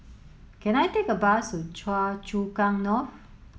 can I take a bus to Choa Chu Kang North